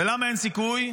למה אין סיכוי?